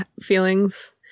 feelings